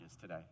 today